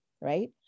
right